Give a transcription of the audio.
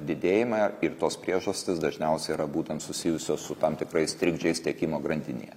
didėjimą ir tos priežastys dažniausiai yra būtent susijusios su tam tikrais trikdžiais tiekimo grandinėje